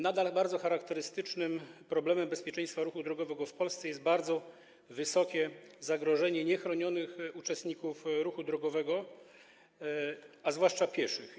Nadal bardzo charakterystycznym problemem bezpieczeństwa ruchu drogowego w Polsce jest bardzo wysokie zagrożenie dotyczące niechronionych uczestników ruchu drogowego, zwłaszcza pieszych.